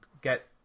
get